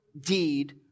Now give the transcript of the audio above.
deed